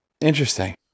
Interesting